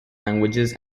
languages